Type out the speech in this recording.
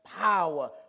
Power